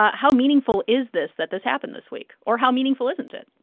ah how meaningful is this that this happened this week or how meaningful isn't it?